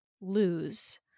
lose